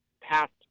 passed